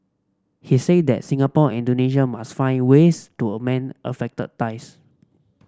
he say that Singapore Indonesia must find ways to a mend affected dies